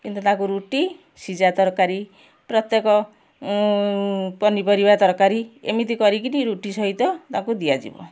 କିନ୍ତୁ ତାଙ୍କୁ ରୁଟି ସିଝା ତରକାରୀ ପ୍ରତ୍ୟେକ ପନିପରିବା ତରକାରୀ ଏମିତି କରିକିରି ରୁଟି ସହିତ ତାଙ୍କୁ ଦିଆଯିବ